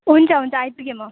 हुन्छ हुन्छ आइपुगेँ म